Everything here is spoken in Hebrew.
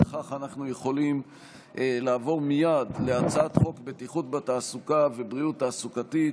וכך אנו יכולים לעבור מייד להצעת חוק בטיחות בתעסוקה ובריאות תעסוקתית,